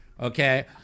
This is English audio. Okay